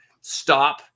stop